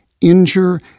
injure